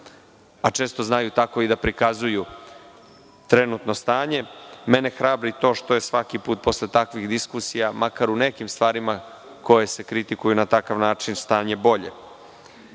a često znaju tako da prikazuju trenutno stanje. Mene hrabri to što je svaki put posle takvih diskusija, makar u nekim stvarima koje se kritikuju na takav način stanje bolje,